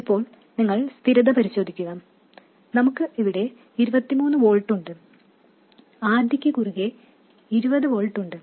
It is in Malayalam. ഇപ്പോൾ നിങ്ങൾ സ്ഥിരത പരിശോധിക്കുക നമുക്ക് ഇവിടെ 23 വോൾട്ട് ഉണ്ട് RD ക്ക് കുറുകേ 20 വോൾട്ട് ഉണ്ട്